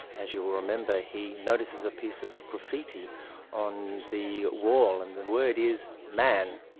as you will remember, he notices a piece of graffiti on the wall, and the word is man.